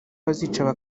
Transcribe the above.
bazicara